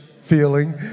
feeling